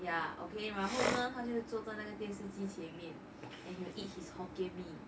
ya okay 然后呢他就坐在那个电视机前面:ran hou ne ta jiu zuo zai na ge dian shi ji qianan mian and he'll eat his hokkien mee